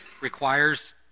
requires